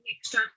extra